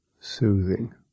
soothing